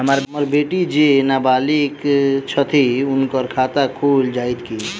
हम्मर बेटी जेँ नबालिग छथि हुनक खाता खुलि जाइत की?